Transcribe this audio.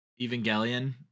Evangelion